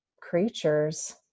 creatures